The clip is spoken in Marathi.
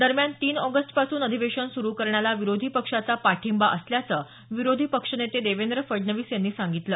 दरम्यान तीन ऑगस्टपासून अधिवेशन सुरु करण्याला विरोधी पक्षाचा पाठिंबा असल्याचं विरोधी पक्षनेते देवेंद्र फडणवीस यांनी सांगितलं